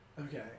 okay